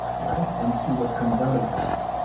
right, and see what comes out of that.